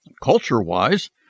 Culture-wise